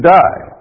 die